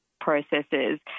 processes